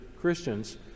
Christians